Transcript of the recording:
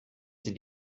sie